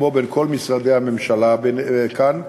כמו בין כל משרדי הממשלה כאן,